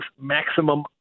maximum